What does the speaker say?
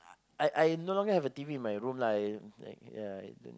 I I no longer have a T_V in my room lah I like ya I don't